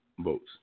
votes